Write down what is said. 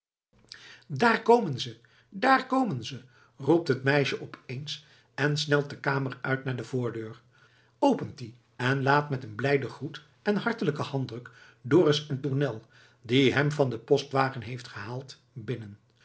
daar komen ze daar komen ze roept het meisje op eens en snelt de kamer uit naar de voordeur opent die en laat met een blijden groet en hartelijken handdruk dorus en tournel die hem van den postwagen heeft gehaald binnen